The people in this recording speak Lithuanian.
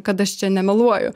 kad aš čia nemeluoju